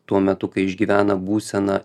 tuo metu kai išgyvena būseną